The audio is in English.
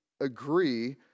agree